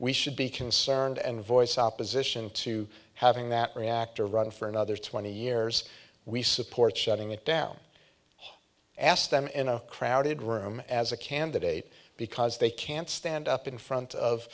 we should be concerned and voice opposition to having that reactor run for another twenty years we support shutting it down ask them in a crowded room as a candidate because they can stand up in front of